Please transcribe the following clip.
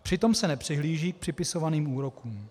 Přitom se nepřihlíží k připisovaným úrokům.